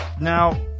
Now